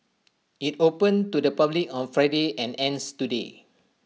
IT opened to the public on Friday and ends today